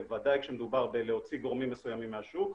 בוודאי כשמדובר בלהוציא גורמים מסוימים מהשוק.